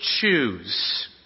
choose